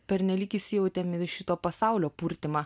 pernelyg įsijautėm į šito pasaulio purtymą